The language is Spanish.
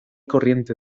corriente